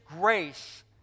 grace